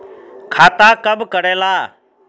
खाता कब करेला?